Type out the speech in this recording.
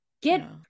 get